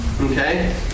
Okay